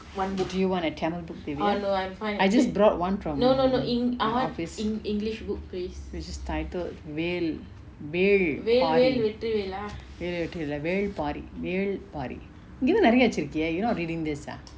do you want a tamil book dyvia I just brought one from the office which is titled வேல் வேல் பாதி வேல் வேல் வெற்றி வேல்:vel vel pathi vel vel vetri vel lah வேல்:vel pari வேல்:vel pari நீதா நெரய வச்சிருகியே:neetha neraya vachirukiye you are not reading this ah